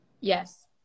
Yes